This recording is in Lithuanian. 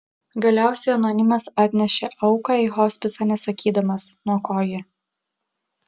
galiausiai anonimas atnešė auką į hospisą nesakydamas nuo ko ji